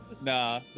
Nah